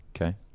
okay